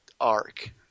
arc